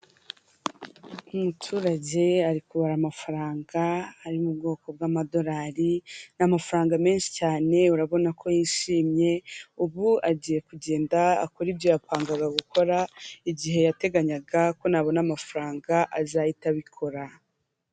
Umuturage ari kubara amafaranga ari mu bwoko bw'amadorari; ni amafaranga menshi cyane urabona ko yishimye. Ubu agiye kugenda akora ibyo yapangaga gukora igihe yateganyaga ko nabona amafaranga azahita abikora.